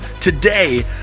today